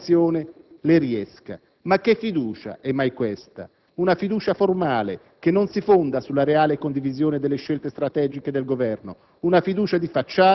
può darsi che l'operazione le riesca. Ma che fiducia è mai questa? Una fiducia formale, che non si fonda sulla reale condivisione delle scelte strategiche del Governo,